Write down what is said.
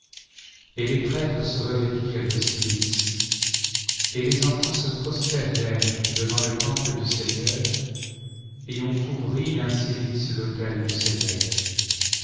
et les prêtres se revêtirent de cilices et les enfants se prosternèrent devant le temple du seigneur et on couvrit d'un cilice l'autel du seigneur